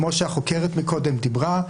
כמו שהחוקרת קודם דיברה.